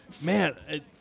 man